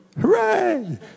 Hooray